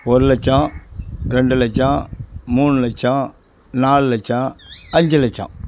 ஒரு லட்சம் ரெண்டு லட்சம் மூணு லட்சம் நாலு லட்சம் அஞ்சு லட்சம்